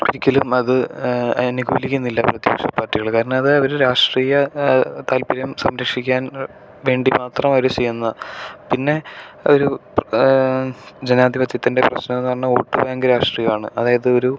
ഒരിക്കലും അത് അനുകൂലിക്കുന്നില്ല പ്രതിപക്ഷ പാർട്ടികള് കാരണം അത് അവര് രാഷ്ട്രീയ താല്പര്യം സംരക്ഷിക്കാൻ വേണ്ടി മാത്രം അവര് ചെയ്യുന്ന പിന്നെ ഒരു ജനാധിപത്യത്തിൻ്റെ പ്രശ്നം എന്നു പറഞ്ഞാൽ വോട്ട് ബാങ്ക് രാഷ്ട്രീയമാണ് അതായത് ഒരു